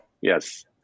Yes